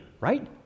right